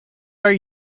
are